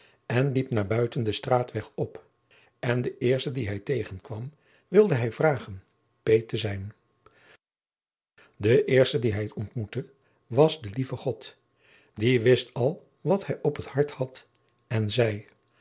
en liep naar buiten den straatweg op en den eersten dien hij tegenkwam wilde hij vragen peet te zijn de eerste die hij ontmoette dat was de lieve god die wist al wat hij op het hart had en zei